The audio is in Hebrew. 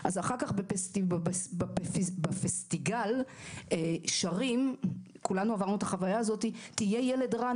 אחר כך בפסטיגל שרים - תהיה ילד רע,